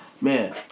Man